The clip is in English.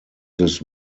this